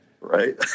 Right